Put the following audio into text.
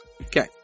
Okay